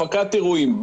הפקת אירועים,